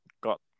got